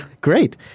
Great